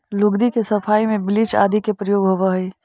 लुगदी के सफाई में ब्लीच आदि के प्रयोग होवऽ हई